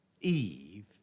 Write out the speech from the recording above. Eve